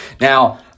Now